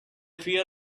fear